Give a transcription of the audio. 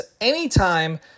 anytime